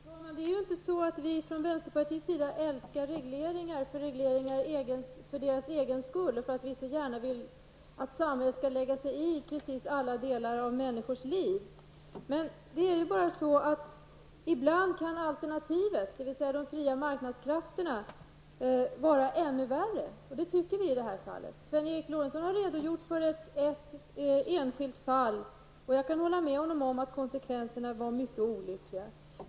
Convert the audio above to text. Fru talman! Det är inte så att vi från vänsterpartiet älskar regleringar för deras egen skull och för att vi så gärna vill att samhället skall lägga sig i precis alla delar av människors liv. Men ibland kan alternativet, dvs. de fria marknadskrafterna, vara ännu värre. Och det tycker vi i det här fallet. Sven Eric Lorentzon har redogjort för ett enskilt fall. Och jag kan hålla med honom om att konsekvenserna var mycket olyckliga.